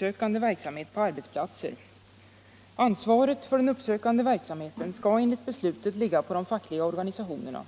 sökande verksamhet på arbetsplatser. Ansvaret för den uppsökande verksamheten skall enligt beslutet ligga på de fackliga organisationerna.